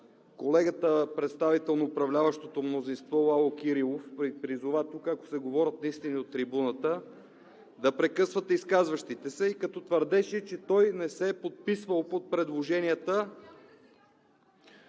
колегата, представител на управляващото мнозинство – Лало Кирилов, Ви призова тук, ако се говорят неистини от трибуната, да прекъсвате изказващите се и като твърдеше, че той не се е подписвал под предложенията